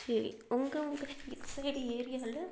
சரி உங்கள் உங்கள் எக்ஸைடு ஏரியாவில்